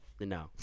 No